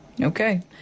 Okay